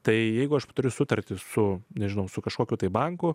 tai jeigu aš turiu sutartį su nežinau su kažkokiu tai banku